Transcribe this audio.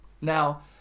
Now